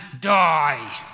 die